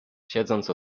siedząc